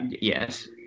Yes